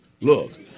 look